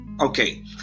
Okay